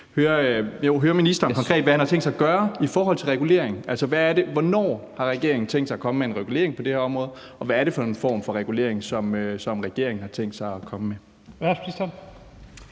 høre ministeren, hvad han konkret har tænkt sig at gøre i forhold til reguleringen. Altså, hvornår har regeringen tænkt sig at komme med en regulering på det her område, og hvad er det for en form for regulering, som regeringen har tænkt sig at komme med?